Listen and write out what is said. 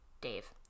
dave